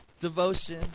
devotion